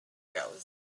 goes